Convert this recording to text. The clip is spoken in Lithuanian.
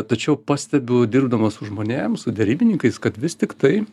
tačiau pastebiu dirbdamas su žmonėm su derybininkais kad vis tiktai